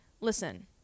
Listen